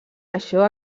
això